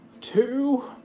two